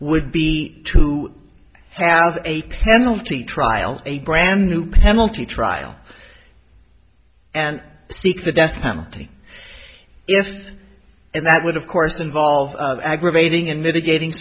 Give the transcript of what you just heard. would be to have a penalty trial a brand new penalty trial and seek the death penalty if and that would of course involve aggravating and mitigating